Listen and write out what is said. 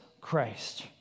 Christ